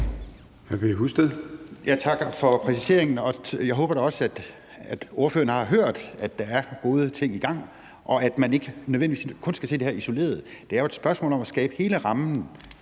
Tak for præciseringen. Jeg håber da også, at ordføreren har hørt, at der er gode ting i gang, og at man ikke nødvendigvis kun skal se det her isoleret. Det er jo et spørgsmål om at skabe hele rammen